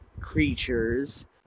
creatures